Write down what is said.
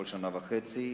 כל שנה וחצי,